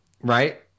right